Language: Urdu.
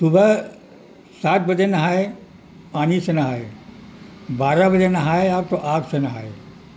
صبح سات بجے نہائے پانی سے نہائے بارہ بجے نہائے آپ تو آگ سے نہائے